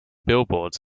billboards